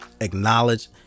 acknowledge